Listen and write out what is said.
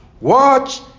Watch